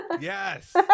yes